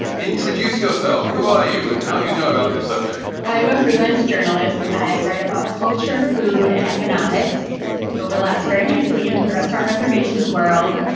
introduce yourself. who are you and how do you know about this subject? i'm a freelance journalist. i write about culture, food and economics overlaps very nicely into the restaurant reservation world.